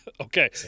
Okay